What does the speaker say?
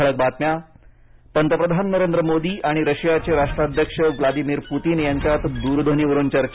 ठळक बातम्या पंतप्रधान नरेंद्र मोदी आणि रशियाचे राष्ट्राध्यक्ष व्लादिमिर पुतीन यांच्यात द्रध्वनीवरून चर्चा